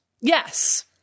yes